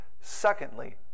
Secondly